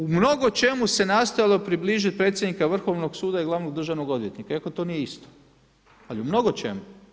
U mnogo čemu se nastojalo približiti predsjednika Vrhovnog suda i glavnog državnog odvjetnika iako to nije isto ali u mnogočemu.